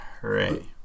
Hooray